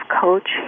coach